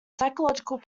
psychological